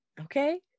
okay